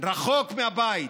רחוק מהבית.